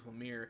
lemire